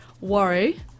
worry